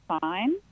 fine